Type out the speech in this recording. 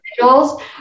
individuals